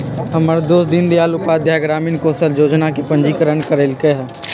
हमर दोस दीनदयाल उपाध्याय ग्रामीण कौशल जोजना में पंजीकरण करएले हइ